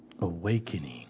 awakening